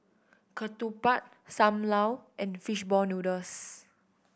ketupat Sam Lau and fish ball noodles